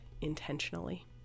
intentionally